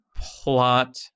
plot